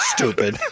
Stupid